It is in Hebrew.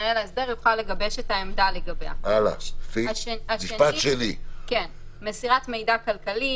שמנהל ההסדר יוכל לגבש את העמדה לגביה; החלק השני הוא מסירת מידע כלכלי,